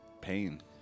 pain